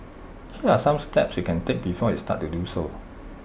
here are some steps you can take before you start to do so